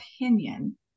opinion